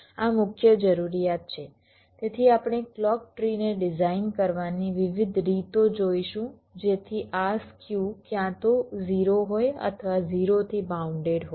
આ મુખ્ય જરૂરિયાત છે તેથી આપણે ક્લૉક ટ્રીને ડિઝાઇન કરવાની વિવિધ રીતો જોઈશું જેથી આ સ્ક્યુ ક્યાં તો 0 હોય અથવા 0 થી બાઉન્ડેડ હોય